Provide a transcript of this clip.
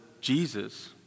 Jesus